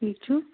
ٹھیٖک چھُو